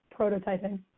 prototyping